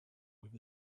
with